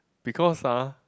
because ah